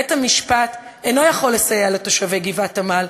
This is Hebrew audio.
בית-המשפט אינו יכול לסייע לתושבי גבעת-עמל,